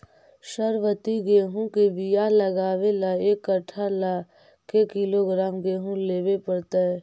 सरबति गेहूँ के बियाह लगबे ल एक कट्ठा ल के किलोग्राम गेहूं लेबे पड़तै?